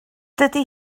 dydy